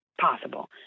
possible